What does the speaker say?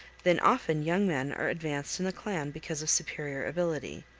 then often young men are advanced in the clan because of superior ability,